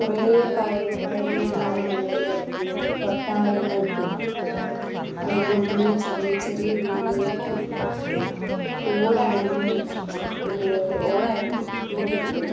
കുറേ പഴയ പഴയ കാലങ്ങളിലെ കൊട്ടാരങ്ങൾക്കും അതുപോലെത്തന്നെ ചെറിയ ചെറിയ വീടുകൾക്കും ഒക്കെ ഓടായിരുന്നു നിർമ്മിച്ചത് ഓടായിരുന്നു ഇട്ടുകൊണ്ടിരുന്നത്